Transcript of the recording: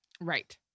right